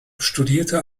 studierte